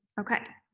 okay.